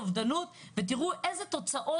אוגוסט-תחילת ספטמבר 2021. תסתכלו מה אנחנו רואים כאן.